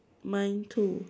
mine too